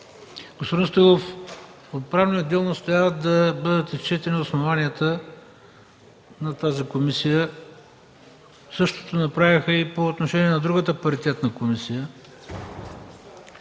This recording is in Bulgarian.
Господин Стоилов, от Правния отдел настояват да бъдат изчетени основанията на тази комисия. Същото направиха и по отношение на другата паритетна комисия